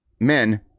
men